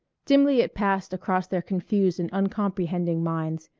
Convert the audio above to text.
dimly it passed across their confused and uncomprehending minds,